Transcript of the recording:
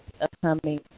upcoming